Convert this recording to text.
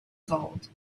gold